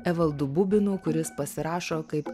evaldu bubinu kuris pasirašo kaip